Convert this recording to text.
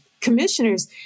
commissioners